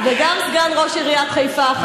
וגם סגן ראש עיריית חיפה החדש.